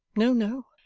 no, no,